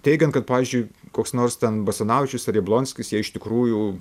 teigiant kad pavyzdžiui koks nors ten basanavičius ir jablonskis jie iš tikrųjų